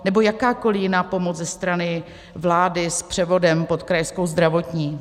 Nebo jakákoli jiná pomoc ze strany vlády s převodem pod Krajskou zdravotní?